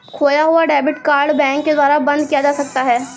खोया हुआ debit card bank के द्वारा बंद किया जा सकता है